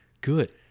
Good